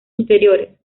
interiores